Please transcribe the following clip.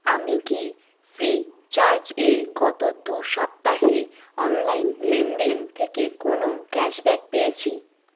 আমি কি ফ্রীচার্জে গত দু সপ্তাহে অনলাইন লেনদেন থেকে কোনও ক্যাশব্যাক পেয়েছি